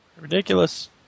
Ridiculous